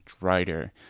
writer